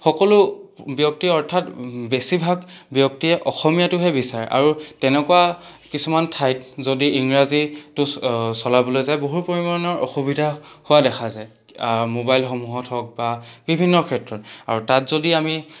সকলো ব্যক্তি অৰ্থাৎ বেছিভাগ ব্যক্তিয়ে অসমীয়াটোহে বিচাৰে আৰু তেনেকুৱা কিছুমান ঠাইত যদি ইংৰাজীটো চলাবলৈ যায় বহুল পৰিমাণৰ অসুবিধা হোৱা দেখা যায় মোবাইলসমূহত হওক বা বিভিন্ন ক্ষেত্ৰত আৰু তাত যদি আমি